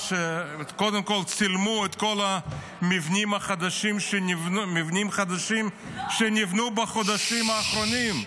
קודם כול צילמו את כל המבנים החדשים שנבנו בחודשים האחרונים,